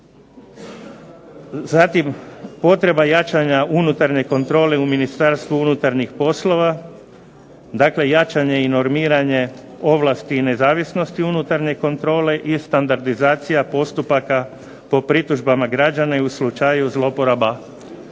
zatim potreba jačanja unutarnje kontrole u Ministarstvu unutarnjih poslova, dakle jačanje i normiranje ovlasti i nezavisnosti unutarnje kontrole i standardizacija postupaka po pritužbama građana i u slučaju zloporaba